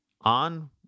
on